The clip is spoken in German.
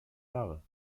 jahre